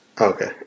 okay